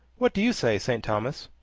what do you say, st. thomas?